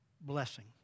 blessing